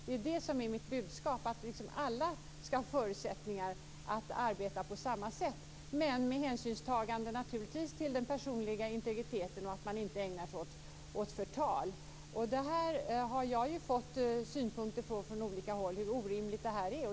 Det är det som är mitt budskap; att alla skall ha förutsättningar att arbeta på samma sätt - men naturligtvis med hänsynstagande till den personliga integriteten och till att man inte ägnar sig åt förtal. Jag har från olika håll fått synpunkter på hur orimligt det här är.